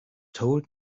told